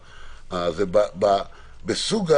נכון?